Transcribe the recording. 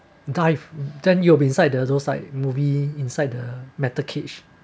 dive then you will be inside the those side movie inside the metal cage